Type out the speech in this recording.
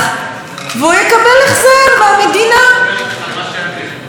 רגע, סידור טוב, לא?